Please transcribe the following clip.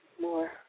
more